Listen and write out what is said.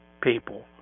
people